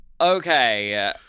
Okay